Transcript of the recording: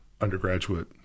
undergraduate